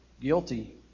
guilty